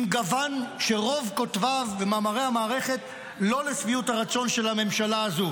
עם גוון שרוב כותביו במאמרי המערכת לא לשביעות הרצון של הממשלה הזו,